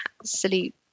absolute